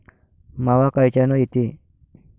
मावा कायच्यानं येते?